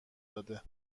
داده